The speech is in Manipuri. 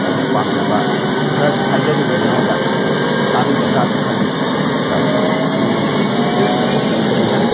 ꯑꯩꯅ ꯄꯥꯝꯖꯕ ꯈꯔꯁꯨ ꯍꯥꯏꯖꯅꯤꯡꯉꯤ ꯃꯉꯣꯟꯗ ꯇꯥꯕꯤꯒꯗ꯭ꯔꯁꯨ ꯈꯜꯂꯤ ꯔꯥꯏꯠ ꯇꯨ ꯁ꯭ꯄꯤꯁ ꯂꯩꯕꯅꯤꯅ